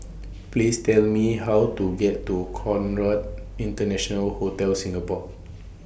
Please Tell Me How to get to Conrad International Hotel Singapore